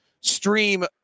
stream